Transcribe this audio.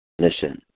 Listen